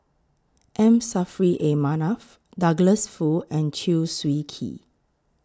M Saffri A Manaf Douglas Foo and Chew Swee Kee